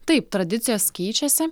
taip tradicijos keičiasi